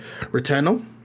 returnal